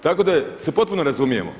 Tako da se potpuno razumijemo.